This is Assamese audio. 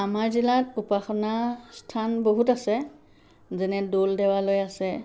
আমাৰ জিলাত উপাসনা স্থান বহুত আছে যেনে দৌল দেৱালয় আছে